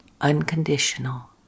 unconditional